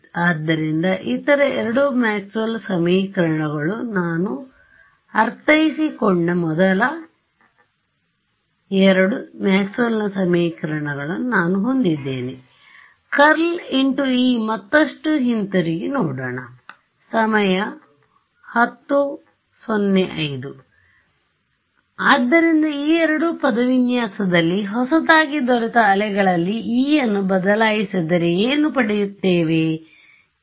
ಆದ್ದರಿಂದ ಇತರ ಎರಡು ಮ್ಯಾಕ್ಸ್ವೆಲ್ನ ಸಮೀಕರಣಗಳುMaxwell's equations ನಾನು ಅರ್ಥೈಸಿಕೊಂಡ ಮೊದಲ ಎರಡು ಮ್ಯಾಕ್ಸ್ವೆಲ್ನ ಸಮೀಕರಣಗಳನ್ನು ನಾನು ಹೊಂದಿದ್ದೇನೆ ∇× E ಮತ್ತಷ್ಟು ಹಿಂತಿರುಗಿ ನೋಡೋಣ ಆದ್ದರಿಂದ ಈ ಎರಡು ಪದವಿನ್ಯಾಸದಲ್ಲಿ ಹೊಸತಾಗಿ ದೊರೆತ ಅಲೆಗಳಲ್ಲಿ E ಯನ್ನು ಬದಲಿಯಿಸಿದರೆ ಏನು ಪಡೆಯುತ್ತೇ ವೆ